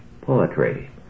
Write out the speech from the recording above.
poetry